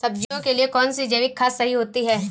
सब्जियों के लिए कौन सी जैविक खाद सही होती है?